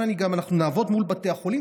אנחנו נעבוד מול בתי החולים,